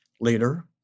leader